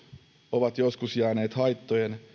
ovat joskus jääneet haittojen